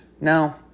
No